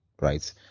right